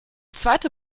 zweite